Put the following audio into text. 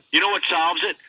you know what solves it?